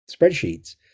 spreadsheets